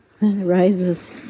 rises